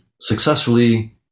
successfully